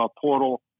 portal